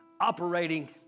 Operating